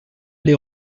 les